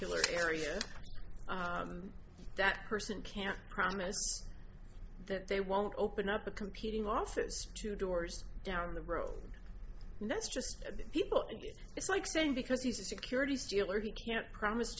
particular area that person can't promise that they won't open up a competing office two doors down the road and that's just people it's like saying because he's a securities dealer he can't promise